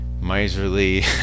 miserly